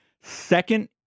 second